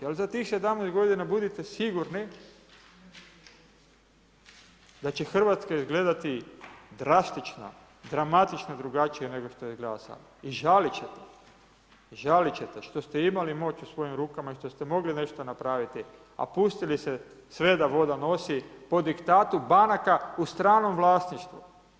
Ali za tih 17 godina budite sigurni, da će Hrvatska izgledati drastično, dramatično drugačije nego što izgleda sada i žalit ćete što ste imali moć u svojim rukama i što ste mogli nešto napraviti, a pustili ste sve da voda nosi po diktatu banaka u stranom vlasništvu.